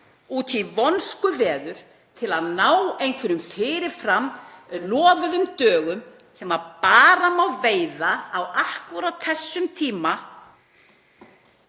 út í vonskuveður til að ná einhverjum fyrirframlofuðum dögum sem bara má veiða á akkúrat þessum tíma